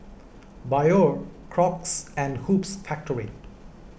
Biore Crocs and Hoops Factory